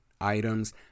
items